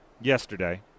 yesterday